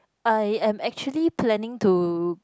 I am actually planning to